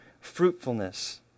fruitfulness